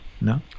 no